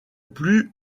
plus